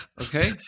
okay